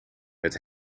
het